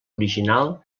original